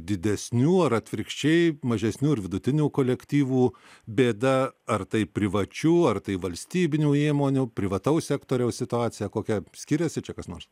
didesnių ar atvirkščiai mažesnių ir vidutinių kolektyvų bėda ar tai privačių ar tai valstybinių įmonių privataus sektoriaus situacija kokia skiriasi čia kas nors